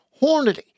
Hornady